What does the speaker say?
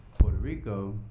puerto rico.